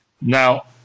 Now